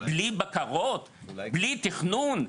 בלי בקרות, בלי תכנון?